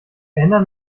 erinner